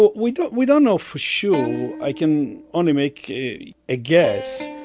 we don't we don't know for sure. i can only make a a guess,